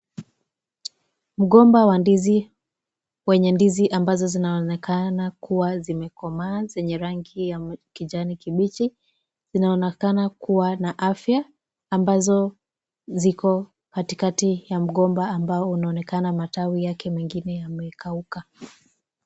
Mgomba wa ndizi wenye ndizi ambazo zinaonekana kuwa zimekomaa zenye rangi ya kijani kibichi, zinaonekana kuwa na afya, ambazo ziko katikati ya mgomba ambao unaonekana matawi yake mengine yamekauka.